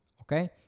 Okay